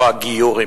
לא הגיור,